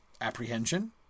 apprehension